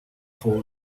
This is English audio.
for